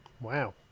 Wow